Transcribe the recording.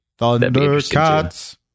Thundercats